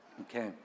Okay